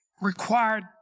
required